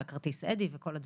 על כרטיס אדי וכל הדברים.